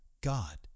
God